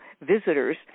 visitors